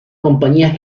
compañías